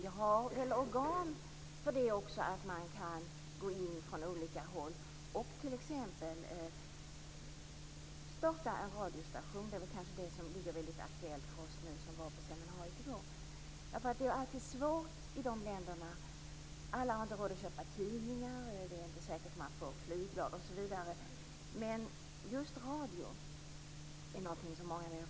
Vi har organ för att kunna gå in från olika håll och t.ex. starta en radiostation. Det är väl det som är mest aktuellt nu för oss som var på seminariet i går. Det är alltid svårt i de länder där alla inte har råd att köpa tidningar och där det inte är säkert att man får flygblad osv. Men många människor har just radio.